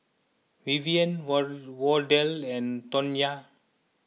Vivian Wardell and Tonya